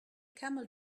camel